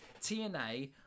TNA